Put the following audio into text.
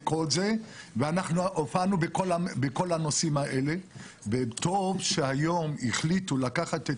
ואנחנו הופענו בכל הנושאים האלה וטוב שהיום החליטו לקחת את